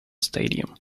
stadium